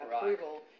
approval